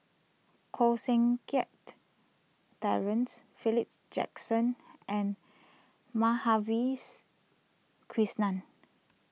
Koh Seng Kiat Terence Philip's Jackson and Madhavi's Krishnan